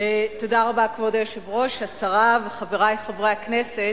כבוד היושב-ראש, תודה רבה, השרה וחברי חברי הכנסת,